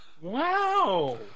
wow